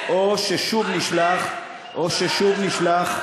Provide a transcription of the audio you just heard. או שלא תיכנס או ששוב נשלח,